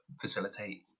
facilitate